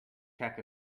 check